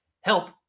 help